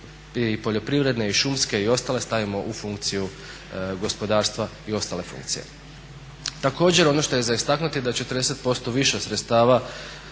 i poljoprivredne i šumske i ostale stavimo u funkciju gospodarstva i ostale funkcije. Također ono što je za istaknuti da je 40% više sredstava